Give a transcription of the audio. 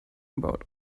about